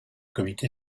comité